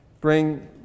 bring